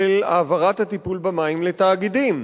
של העברת הטיפול במים לתאגידים.